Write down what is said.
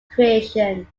creation